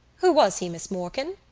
who was he, miss morkan?